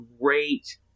Great